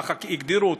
ככה הגדירו אותו.